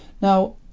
Now